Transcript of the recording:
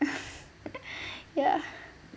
ya